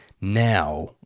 now